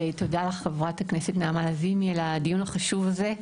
ותודה רבה לחברת הכנסת נעמה לזימי על הדיון החשוב הזה,